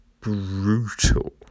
brutal